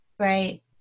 right